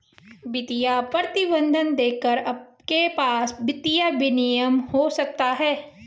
वित्तीय प्रतिबंध देखकर आपके पास वित्तीय विनियमन हो सकता है